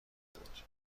بود